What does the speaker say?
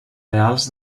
reals